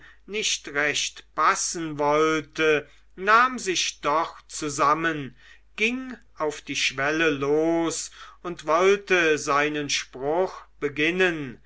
nicht recht passen wollte nahm sich doch zusammen ging auf die schwelle los und wollte seinen spruch beginnen